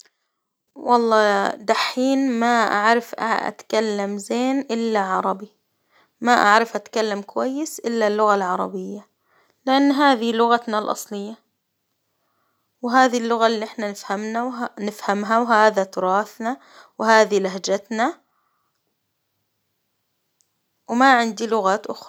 والله دحين ما أعرف أ- أتكلم زين إلا عربي، ما أعرف أتكلم كويس إلا اللغة العربية، لإن هذي لغتنا الأصلية، وهذي اللغة اللي إحنا نفهمنا ونفهمها وهذا تراثنا، وهذي لهجتنا، وما عندي لغات أخرى.